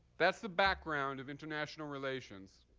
that's the background of international relations,